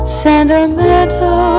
sentimental